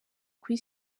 kuri